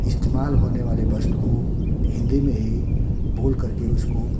इस्तेमाल होने वाले बस्त को हिन्दी में ही बोलकर के उसको